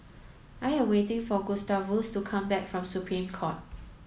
I am waiting for Gustavus to come back from Supreme Court